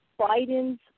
Biden's